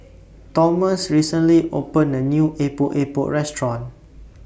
Tomas recently opened A New Epok Epok Restaurant